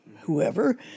whoever